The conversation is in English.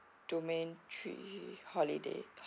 domain three holiday